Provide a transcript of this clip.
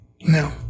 no